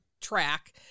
track